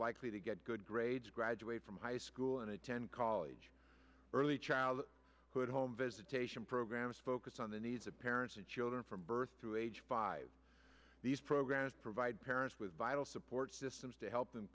likely to get good grades graduate from high school and attend college early child hood home visitation programs focus on the needs of parents and children from birth to age five these programs provide parents with vital support systems to help them